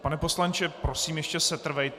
Pane poslanče, prosím, ještě setrvejte.